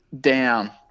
down